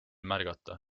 märgata